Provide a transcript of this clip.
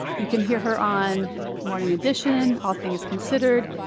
you can hear her on morning edition, all things considered,